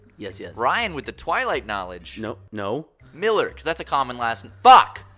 yes yes. ryan with the twilight knowledge! no no! miller, cause that's a common last and fuck.